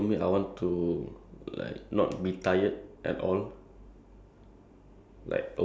like after like a few a few times you become invisible it's like boring already